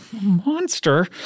Monster